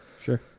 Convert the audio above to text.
Sure